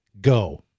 go